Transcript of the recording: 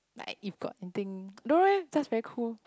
like if got anything no leh that's very cool